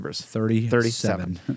Thirty-seven